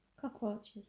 Cockroaches